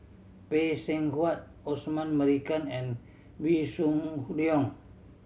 Phay Seng Whatt Osman Merican and Wee Shoo Leong